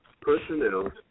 personnel